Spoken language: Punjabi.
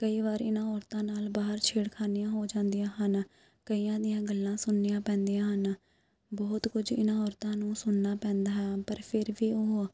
ਕਈ ਵਾਰੀ ਇਹਨਾਂ ਔਰਤਾਂ ਨਾਲ ਬਾਹਰ ਛੇੜਖਾਨੀਆਂ ਹੋ ਜਾਂਦੀਆਂ ਹਨ ਕਈਆਂ ਦੀਆਂ ਗੱਲਾਂ ਸੁਣਨੀਆਂ ਪੈਂਦੀਆਂ ਹਨ ਬਹੁਤ ਕੁਝ ਇਹਨਾਂ ਔਰਤਾਂ ਨੂੰ ਸੁਣਨਾ ਪੈਂਦਾ ਹਾਂ ਪਰ ਫਿਰ ਵੀ ਉਹ